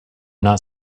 not